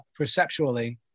perceptually